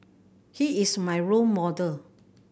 he is my role model